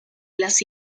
las